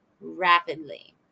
rapidly